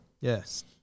Yes